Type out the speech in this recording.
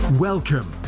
Welcome